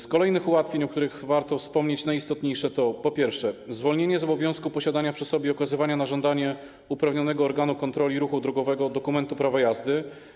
Z kolejnych ułatwień, o których warto wspomnieć, najistotniejsze jest zwolnienie z obowiązku posiadania przy sobie i okazywania na żądanie uprawnionego organu kontroli ruchu drogowego dokumentu prawa jazdy.